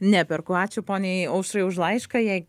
neperku ačiū poniai aušrai už laišką jei